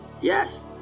yes